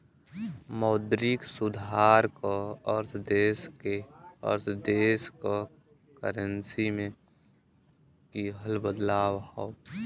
मौद्रिक सुधार क अर्थ देश क करेंसी में किहल बदलाव हौ